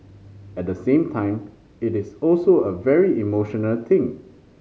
at the same time it is also a very emotional thing